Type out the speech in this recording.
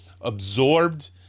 absorbed